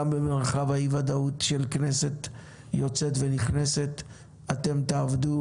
גם במרחב אי הוודאות של כנסת יוצאת ונכנסת אתם תעבדו